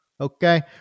okay